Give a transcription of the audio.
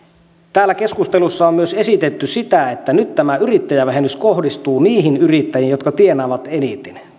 täällä keskustelussa on myös esitetty sitä että nyt tämä yrittäjävähennys kohdistuu niihin yrittäjiin jotka tienaavat eniten